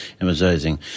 emphasizing